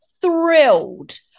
Thrilled